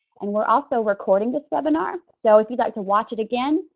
and we're also recording this webinar so if you'd like to watch it again,